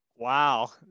Wow